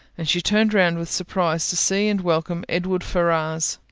and she turned round with surprise to see and welcome edward ferrars.